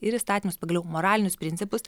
ir įstatymus pagaliau moralinius principus